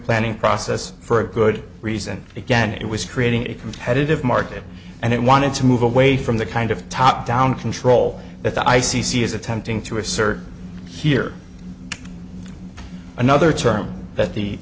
planning process for good reason again it was creating a competitive market and it wanted to move away from the kind of top down control that the i c c is attempting to assert here another term that the